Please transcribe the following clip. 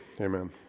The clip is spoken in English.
amen